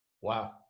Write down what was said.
Wow